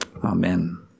Amen